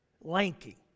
lanky